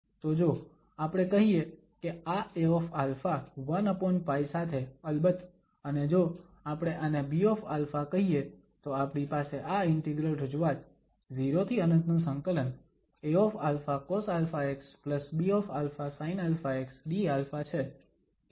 તો જો આપણે કહીએ કે આ Aα 1π સાથે અલબત્ત અને જો આપણે આને Bα કહીએ તો આપણી પાસે આ ઇન્ટિગ્રલ રજૂઆત 0∫∞AαcosαxBαsinαxdα છે કે જે પહેલેથી જ ત્યાં છે